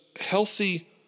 healthy